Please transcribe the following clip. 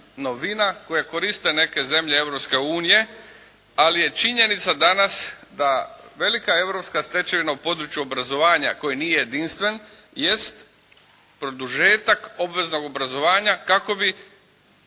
novina koja koriste neke zemlje Europske unije, ali je činjenica danas da velika europska stečevina u području obrazovanja koji nije jedinstven jest produžetak obveznog obrazovanja kako bi